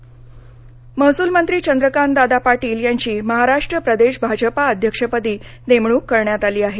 चंद्रकांतदादा महसूलमंत्री चंद्रकांतदादा पाटील यांची महाराष्ट्र प्रदेश भाजपा अध्यक्षपदी नेमणूक करण्यात आली आहे